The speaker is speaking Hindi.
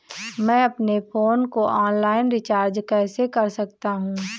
मैं अपने फोन को ऑनलाइन रीचार्ज कैसे कर सकता हूं?